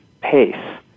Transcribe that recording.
pace